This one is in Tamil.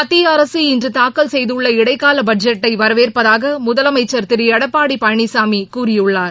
மத்திய அரசு இன்று தாக்கல் செய்துள்ள இடைக்கால பட்ஜெட்டை வரவேற்பதாக முதலமைச்சா் திரு எடப்பாடி பழனிசாமி கூறியுள்ளார்